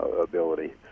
ability